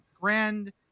Grand